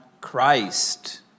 Christ